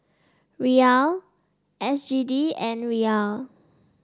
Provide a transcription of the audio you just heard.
Riyal S G D and Riyal